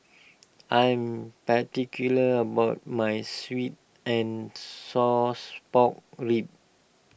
I'm particular about my Sweet and sauce Pork Ribs